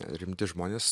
rimti žmonės